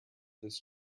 this